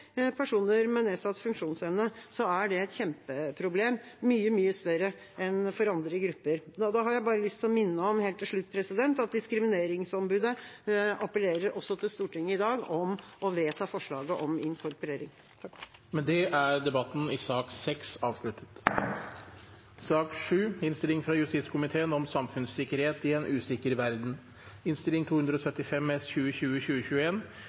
personer med nedsatt funksjonsevne, er det et kjempeproblem – mye, mye større enn for andre grupper. Da har jeg helt til slutt bare lyst til å minne om at diskrimineringsombudet også appellerer til Stortinget i dag om å vedta forslaget om inkorporering. Flere har ikke bedt om ordet til sak nr. 6. Etter ønske fra justiskomiteen vil den fordelte taletiden i debatten bli begrenset til 1 time og